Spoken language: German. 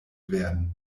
werden